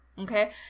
Okay